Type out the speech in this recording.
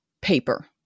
paper